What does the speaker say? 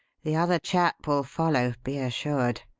the other chap will follow, be assured.